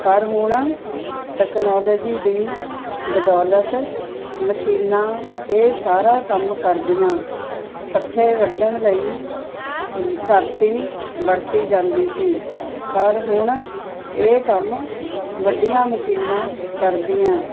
ਪਰ ਹੁਣ ਟੈਕਨੋਲੇਜੀ ਦੀ ਬਦੌਲਤ ਮਸ਼ੀਨਾਂ ਇਹ ਸਾਰਾ ਕੰਮ ਕਰਦੀਆਂ ਪੱਠੇ ਵੱਢਣ ਲਈ ਦਾਤੀ ਵਰਤੀ ਜਾਂਦੀ ਸੀ ਪਰ ਹੁਣ ਇਹ ਕੰਮ ਵੱਡੀਆਂ ਮਸ਼ੀਨਾਂ ਕਰਦੀਆਂ